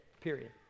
Period